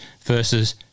versus